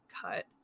cut